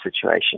situation